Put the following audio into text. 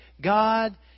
God